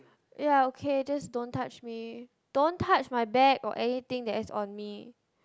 ya okay just don't touch me don't touch my bag or anything that is on me